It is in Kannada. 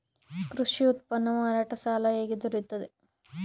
ಕೃಷಿ ಉತ್ಪನ್ನ ಮಾರಾಟ ಸಾಲ ಹೇಗೆ ದೊರೆಯುತ್ತದೆ?